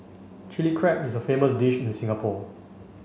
Chilli Crab is a famous dish in Singapore